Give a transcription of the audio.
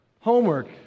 Homework